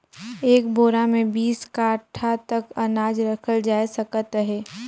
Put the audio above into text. एक बोरा मे बीस काठा तक अनाज रखल जाए सकत अहे